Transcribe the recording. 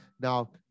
Now